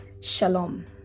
shalom